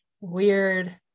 weird